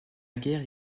guerre